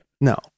No